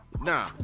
Nah